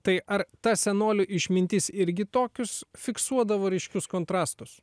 tai ar ta senolių išmintis irgi tokius fiksuodavo ryškius kontrastus